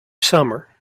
summer